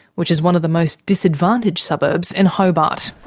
which is one of the most disadvantaged suburbs in hobart.